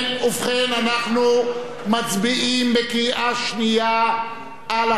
אנחנו מצביעים בקריאה שנייה על החוק,